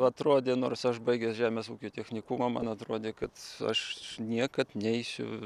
atrodė nors aš baigęs žemės ūkio technikumą man atrodė kad aš niekad neisiu